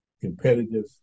competitive